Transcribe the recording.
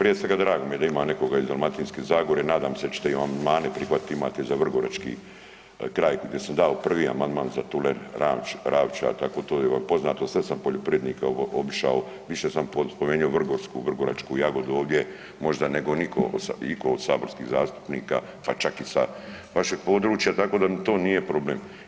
A prije svega drago mi je da ima nekoga iz Dalmatinske zagore, nadam se da ćete i amandmane prihvatiti, imate za Vrgorački kraj gdje sam dao prvi amandman za Tunel Ravča, tako to je poznato, sve sam poljoprivrednike obišao, više sam spomenio vrgovsku, vrgoračku jagodu ovdje možda nego niko iko od saborskih zastupnika, pa čak i sa vašeg područja tako da mi to nije problem.